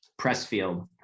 Pressfield